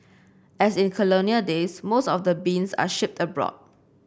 as in colonial days most of the beans are shipped abroad